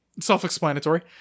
Self-explanatory